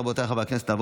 רבותיי חברי הכנסת,